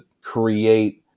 create